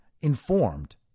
informed